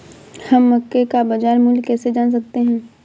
हम मक्के का बाजार मूल्य कैसे जान सकते हैं?